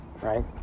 right